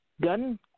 Gun